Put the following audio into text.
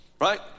Right